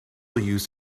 used